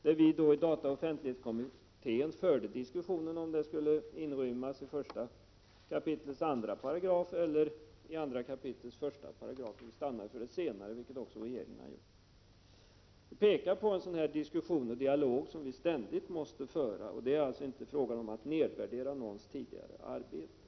I dataoch offentlighetskommit 29 tén diskuterade vi om bestämmelserna skulle inrymmas i 1 kap. 2 § eller i 2 kap. 1 8. Vi stannade för det senare, vilket också regeringen har gjort. Vi menar att det ständigt måste föras en diskussion, och det är inte fråga om att nedvärdera en persons tidigare arbete.